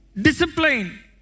discipline